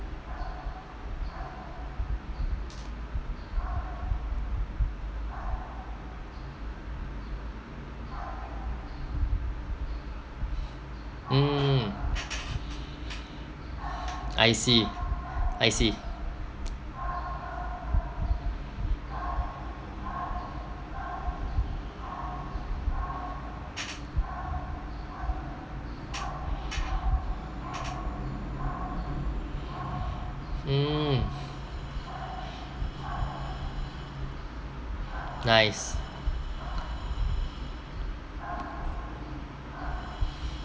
mm I see I see mm nice